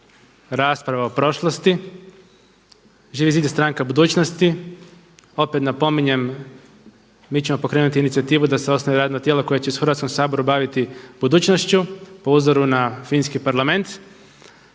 rasprava o prošlosti. Živi zid je stranka budućnosti. Opet napominjem mi ćemo pokrenuti inicijativu da se osnuje radno tijelo koje će se u Hrvatskom saboru baviti budućnošću po uzoru na finski Parlament.